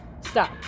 Stop